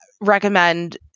recommend